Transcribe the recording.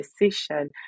decision